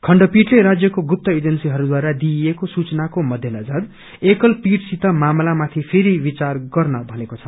खण्डपीठले राज्यको गुप्त एजेंसीहरूद्वारा दिइएको सुचनाको मध्यनजर एकल पीठसित मामलामाथि फेरि विचार गर्न भनेको छ